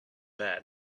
bad